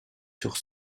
sur